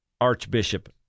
Archbishop